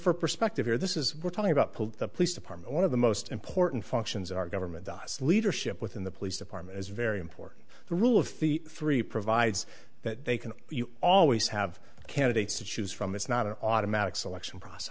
for prospective here this is we're talking about pulled the police department one of the most important functions our government the us leadership within the police department is very important the rule of the three provides that they can you always have candidates to choose from it's not an automatic selection process